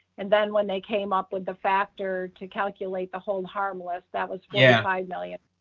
and then when they came up with the factor to calculate the whole harmless that was yeah five million.